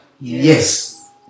Yes